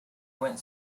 went